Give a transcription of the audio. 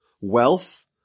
wealth